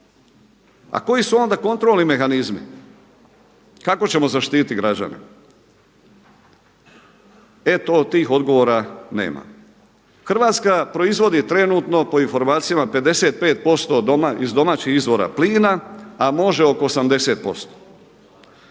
A koji su onda kontrolni mehanizmi? Kako ćemo zaštititi građane? E to, tih odgovora nema. Hrvatska proizvodi trenutno po informacijama 55% iz domaćih izvora plina, a može oko 80%.